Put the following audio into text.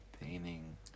painting